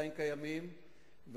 ועדיין קיימים,